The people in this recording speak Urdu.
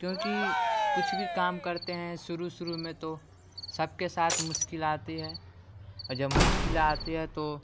کیونکہ کچھ بھی کام کرتے ہیں شروع شروع میں تو سب کے ساتھ مشکل آتی ہے اور اجب مشکل آتی ہے تو